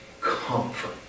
Comfort